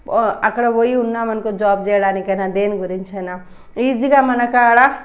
అక్కడికి పోయి ఉన్నాం అనుకో జాబ్ చేయడానికి అయినా దేనికైనా దేని గురించి అయినా ఈజీగా మనకాడ